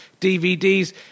DVDs